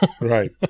Right